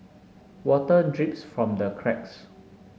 water drips from the cracks